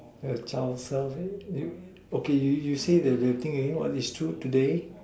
a child survey do you okay you say the the thing again what is true today